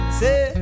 say